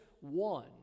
one